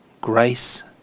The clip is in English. Grace